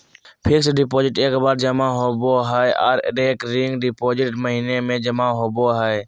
fixed deposit एक बार जमा होबो हय आर रेकरिंग डिपॉजिट महीने में जमा होबय हय